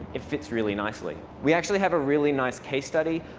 if fits really nicely. we actually have a really nice case study,